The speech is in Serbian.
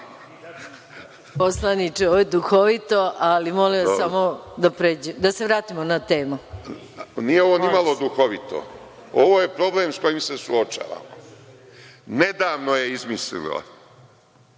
Poslaniče, ovo je duhovito, ali molim vas da se vratimo na temu. **Vojislav Šešelj** Nije ovo nimalo duhovito. Ovo je problem sa kojim se suočavamo. Nedavno je izmislila